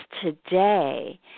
today